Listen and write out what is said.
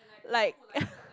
like